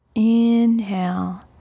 Inhale